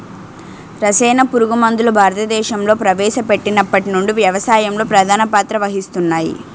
రసాయన పురుగుమందులు భారతదేశంలో ప్రవేశపెట్టినప్పటి నుండి వ్యవసాయంలో ప్రధాన పాత్ర వహిస్తున్నాయి